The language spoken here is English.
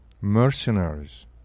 mercenaries